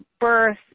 birth